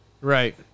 Right